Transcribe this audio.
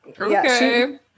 Okay